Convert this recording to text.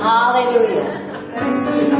Hallelujah